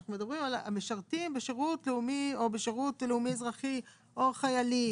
אנחנו מדברים על משרתים בשירות לאומי או שירות לאומי-אזרחי או חיילים.